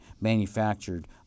manufactured